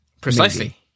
Precisely